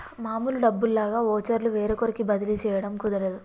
మామూలు డబ్బుల్లాగా వోచర్లు వేరొకరికి బదిలీ చేయడం కుదరదు